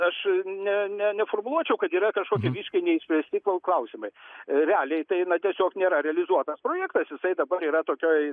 aš ne ne neformuluočiau kad yra kažkokie reiškia neišspręsti gal klausimai realiai tai na tiesiog nėra realizuotas projektas jisai dabar yra tokioj